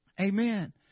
Amen